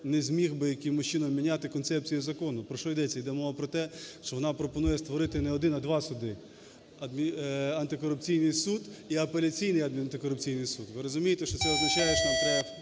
не зміг ми якимось чином міняти концепцію закону. Про що йдеться? Йде мова про те, що вона пропонує створити не один, а два суди – антикорупційний суд і апеляційний антикорупційний суд. Ви розумієте, що це означає, що нам треба